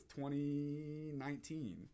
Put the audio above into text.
2019